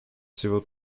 civil